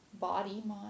body-mind